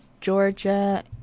georgia